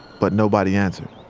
but nobody answered